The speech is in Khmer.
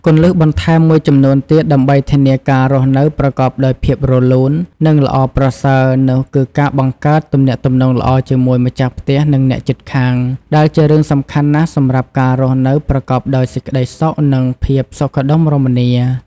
គន្លឹះបន្ថែមមួយចំនួនទៀតដើម្បីធានាការរស់នៅប្រកបដោយភាពរលូន និងល្អប្រសើរនោះគឺការបង្កើតទំនាក់ទំនងល្អជាមួយម្ចាស់ផ្ទះ និងអ្នកជិតខាង ដែលជារឿងសំខាន់ណាស់សម្រាប់ការរស់នៅប្រកបដោយសេចក្តីសុខ និងភាពសុខដុមរមនា។